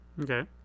Okay